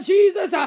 Jesus